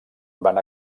van